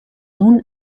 own